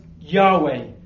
Yahweh